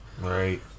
Right